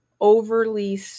overly